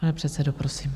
Pane předsedo, prosím.